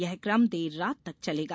यह क्रम देर रात तक चलेगा